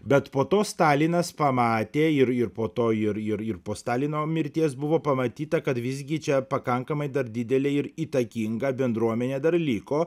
bet po to stalinas pamatė ir ir po to ir ir po stalino mirties buvo pamatyta kad visgi čia pakankamai dar didelė ir įtakinga bendruomenė dar liko